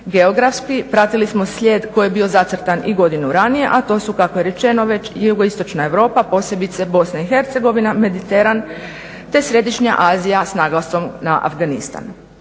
Geografski pratili smo slijed koji je bio zacrtan i godinu ranije a to su kako je rečeno već i Jugoistočna Europa posebice BIH, Mediteran te središnja Azija s naglaskom na Afganistan.